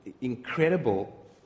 incredible